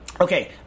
Okay